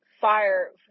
fire